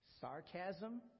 sarcasm